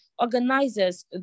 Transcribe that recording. Organizers